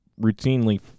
routinely